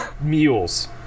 mules